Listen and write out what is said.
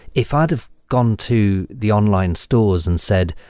if i'd have gone to the online stores and said,